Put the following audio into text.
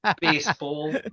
baseball